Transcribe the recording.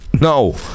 No